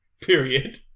Period